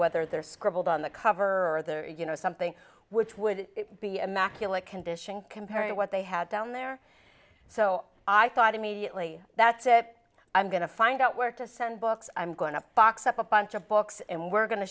whether they're scribbled on the cover or the you know something which would be immaculate condition compared to what they had down there so i thought immediately that's it i'm going to find out where to send books i'm going to box up a bunch of books and we're go